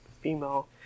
female